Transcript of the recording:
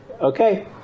Okay